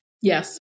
Yes